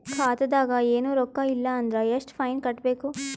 ಖಾತಾದಾಗ ಏನು ರೊಕ್ಕ ಇಲ್ಲ ಅಂದರ ಎಷ್ಟ ಫೈನ್ ಕಟ್ಟಬೇಕು?